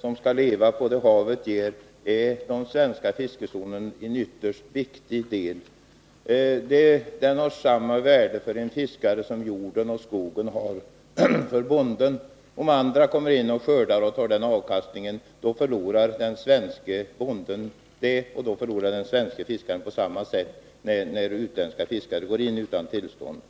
som skall leva på det havet ger är den svenska fiskezonen en ytterst viktig del. Den har samma värde för fiskaren som jorden och skogen för bonden. Om andra skördar jorden och skogen, då förlorar den svenske bonden avkastningen. På samma sätt förlorar den svenske fiskaren sin avkastning, när utländska fiskare fiskar på hans vatten utan tillstånd.